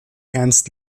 ernst